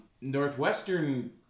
Northwestern